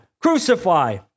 crucify